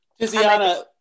tiziana